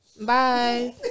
Bye